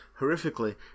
Horrifically